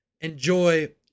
Enjoy